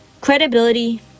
Credibility